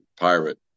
pirate